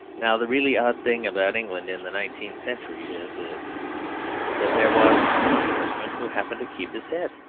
now the really odd thing about england in the nineteenth century is this that there was one englishman who happened to keep his head.